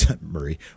Murray